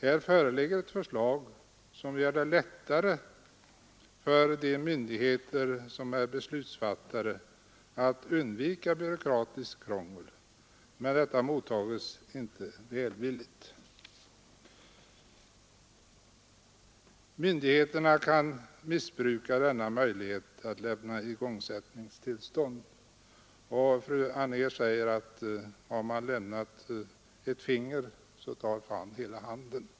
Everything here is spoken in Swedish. Här föreligger ett förslag som gör det lättare för de myndigheter som är beslutsfattare att undvika byråkratiskt krångel, men detta mottages inte välvilligt. Myndigheterna kan missbruka denna möjlighet att lämna igångsättningstillstånd, heter det. Och fru Anér säger att ger man fan ett finger tar han snart hela handen.